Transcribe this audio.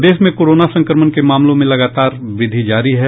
प्रदेश में कोरोना संक्रमण के मामलों में लगतार वृद्धि जारी है